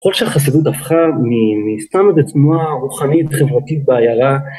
כלכ שהחסידות הפכה מסתם מתנועה רוחנית חברתית בעיירה